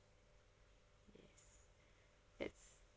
yes it's